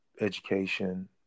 education